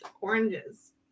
Oranges